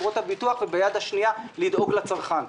חברות הביטוח וביד השנייה לדאוג לצרכן.